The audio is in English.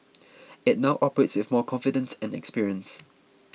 it now operates with more confidence and experience